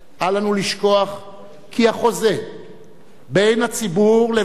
אל לנו לשכוח כי החוזה בין הציבור לבין